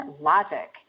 Logic